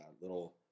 little